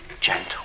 gentle